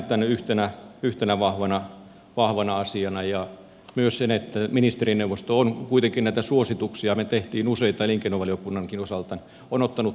näen tämän yhtenä vahvana asiana ja myös sen että ministerineuvosto on kuitenkin näitä suosituksia me teimme useita elinkeinovaliokunnankin osalta ottanut huomioon